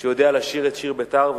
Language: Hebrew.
שיודע לשיר את "שיר בית"ר",